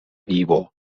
vivo